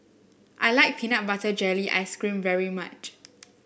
I like Peanut Butter Jelly Ice cream very much